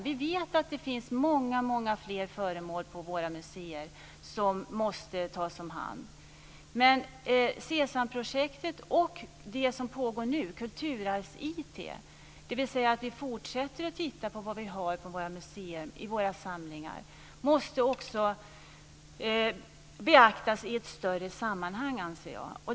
Vi vet att det finns många fler föremål på våra museer som måste tas om hand, men SESAM-projektet och det projekt som pågår nu - Kulturarvs-IT, som innebär att vi fortsätter att titta närmare på vad vi har i våra samlingar - måste också beaktas i ett större sammanhang, anser jag.